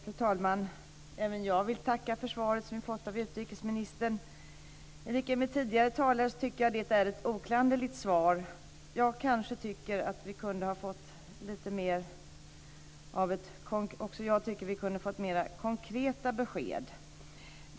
Fru talman! Även jag vill tacka för svaret från utrikesministern. I likhet med tidigare talare tycker jag att det är ett oklanderligt svar. Också jag tycker att vi kunde ha fått lite mer konkreta besked.